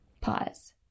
Pause